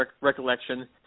recollection